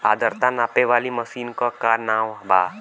आद्रता नापे वाली मशीन क का नाव बा?